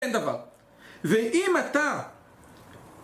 אין דבר. ואם אתה...